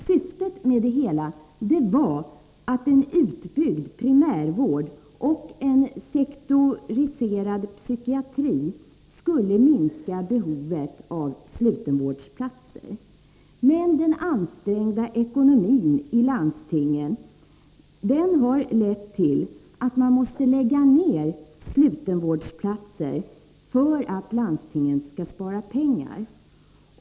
Syftet med det hela var att en utbyggd primärvård och en sektoriserad psykiatri skulle minska behovet av slutenvårdsplatser. Men den ansträngda ekonomin i landstingen har lett till att slutenvårdsplatser måste läggas ner för att landstingen skall spara pengar.